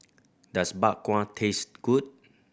does Bak Kwa taste good